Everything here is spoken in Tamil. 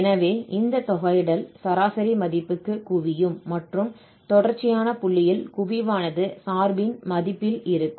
எனவே இந்த தொகையிடல் சராசரி மதிப்புக்கு குவியும் மற்றும் தொடர்ச்சியான புள்ளியில் குவிவானது சார்பின் மதிப்பில் இருக்கும்